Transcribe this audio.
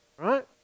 Right